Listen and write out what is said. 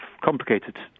complicated